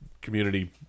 community